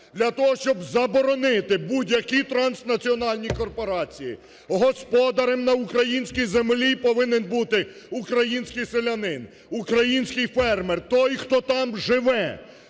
Для того, щоб заборонити будь-які транснаціональні корпорації, господарем на українській землі повинен бути українській селянин, український фермер, той, хто там живе.